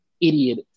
idiot